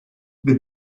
they